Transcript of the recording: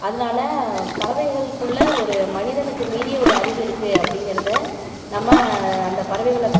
அதனால் பறவைகளுக்குள்ளே ஒரு மனிதனுக்கு மீறிய ஒரு அறிவு இருக்குது அப்படிங்கிறத நம்ம அந்த பறவைகளை